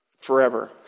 Forever